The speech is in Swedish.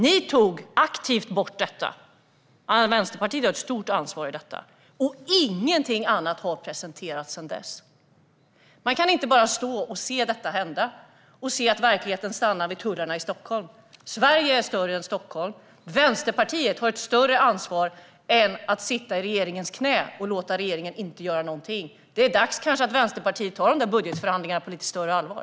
Ni tog aktivt bort detta - Vänsterpartiet har ett stort ansvar i det - och ingenting annat har presenterats sedan dess. Man kan inte bara stå och se detta hända. Verkligheten stannar inte vid tullarna i Stockholm; Sverige är större än Stockholm. Vänsterpartiet har ett större ansvar än att bara sitta i regeringens knä och låta regeringen göra ingenting. Det är kanske dags att Vänsterpartiet tar budgetförhandlingarna på lite större allvar.